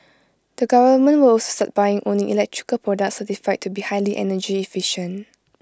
the government will also start buying only electrical products certified to be highly energy efficient